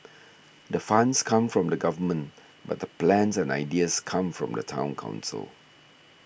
the funds come from the Government but the plans and ideas come from the Town Council